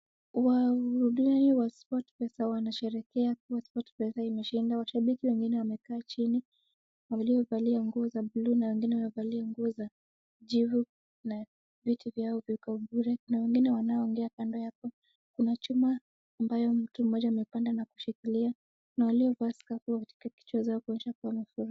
Wahudini wa sportpesa wanasherehekea kuwa sportpesa imeshinda. Washabiki wengine wamekaa chini, waliovalia nguo za bluu na wengine nguo za jivu na viti vyao viko bure. Kuna wengine wanaongea kando ya hapo, kuna chuma ambayo mtu mmoja amepanda na kushikilia. Kuna waliovaa skafu katika kichwa zao kuonyesha kuwa wamefurahi.